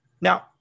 Now